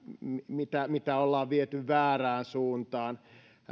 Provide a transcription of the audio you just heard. asiassa jota ollaan viety väärään suuntaan